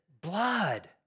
blood